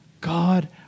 God